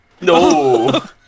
no